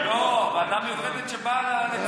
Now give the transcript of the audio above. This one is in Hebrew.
ועדה מיוחדת שבאה לצורך החוק.